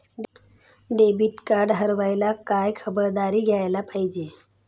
Debit card हरवल्यावर काय खबरदारी घ्यायला पाहिजे?